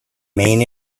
main